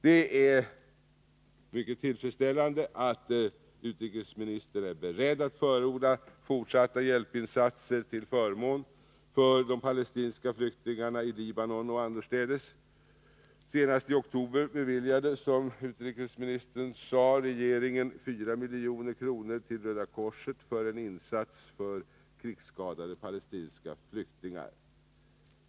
Det är mycket tillfredsställande att utrikesministern är beredd att förorda fortsatta hjälpinsatser till förmån för de palestinska flyktingarna i Libanon och annorstädes. Senast i oktober beviljade, som utrikesministern sade, regeringen 4 milj.kr. till Röda korset för en insats för krigsskadade palestinska flyktingar.